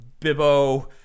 Bibbo